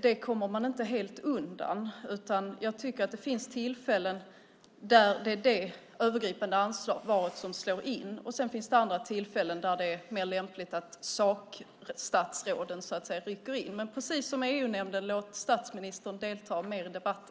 Det kommer man inte helt undan. Jag tycker att det finns tillfällen där det övergripande ansvaret slår in. Sedan finns det andra tillfällen där det är mer lämpligt att sakstatsråden, så att säga, rycker in. Men precis som i EU-nämnden, låt statsministern delta mer i debatten!